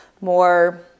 more